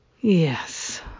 Yes